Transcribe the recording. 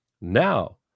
Now